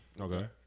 Okay